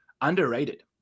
underrated